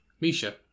Misha